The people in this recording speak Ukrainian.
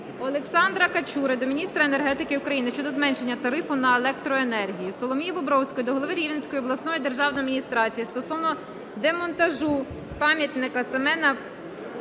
Олександра Качури до міністра енергетики України щодо зменшення тарифу на електроенергію. Соломії Бобровської до голови Рівненської обласної державної адміністрації стосовно демонтажу пам'ятника Семена